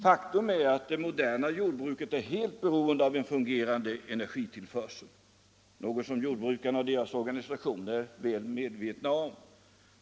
Faktum är att det moderna jordbruket är helt beroende av en fungerande energitillförsel, något som jordbrukarna och deras organisationer är väl medvetna om.